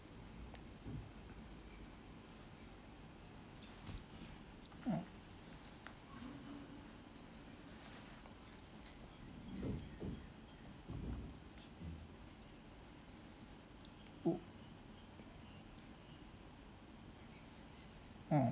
mm oh mm